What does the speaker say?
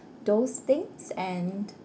those things and